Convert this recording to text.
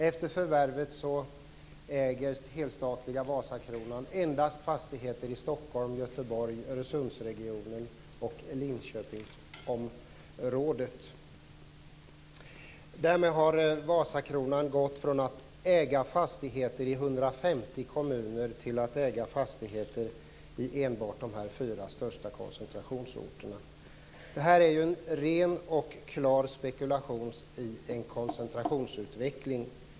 Efter förvärvet äger helstatliga Vasakronan fastigheter endast i Stockholm, Göteborg, Öresundsregionen och Linköpingsområdet. Därmed har Vasakronan gått från att äga fastigheter i 150 kommuner till att äga fastigheter enbart på de här fyra största koncentrationsorterna. Detta är en ren och klar spekulation i en koncentrationsutveckling.